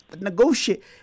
negotiate